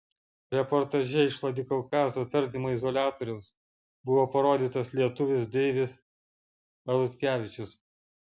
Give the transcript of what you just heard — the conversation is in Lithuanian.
reportaže iš vladikaukazo tardymo izoliatoriaus buvo parodytas lietuvis deivis valutkevičius